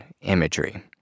imagery